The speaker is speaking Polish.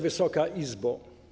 Wysoka Izbo!